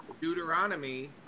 Deuteronomy